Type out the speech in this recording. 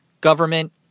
government